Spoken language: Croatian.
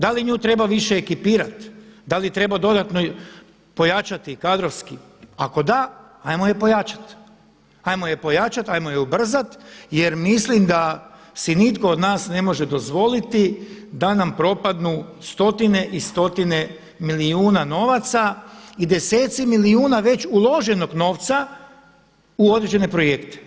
Da li nju treba više ekipirat, da li treba dodatno pojačati kadrovski, ako da ajmo je pojačati, ajmo je pojačat, ajmo je ubrzat jer mislim da si nitko od nas ne može dozvoliti da nam propadnu stotine i stotine milijuna novaca i deseci milijuna već uloženog novca u određene projekte.